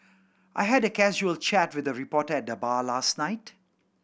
I had a casual chat with a reporter at the bar last night